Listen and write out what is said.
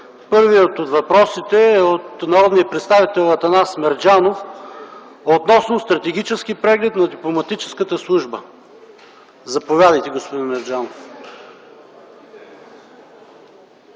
Първият от въпросите е от народния представител Атанас Мерджанов относно стратегически преглед на Дипломатическата служба. Заповядайте, господин Мерджанов.